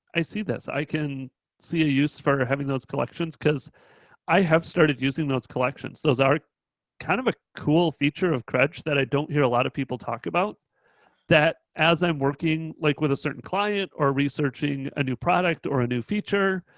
i see this. i can see a use for and having those collections cause i have started using those collections. those are kind of a cool feature of credge that i don't hear a lot of people talk about that as i'm working like with a certain client or researching a new product or a new feature.